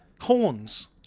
horns